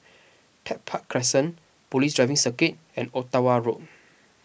Tech Park Crescent Police Driving Circuit and Ottawa Road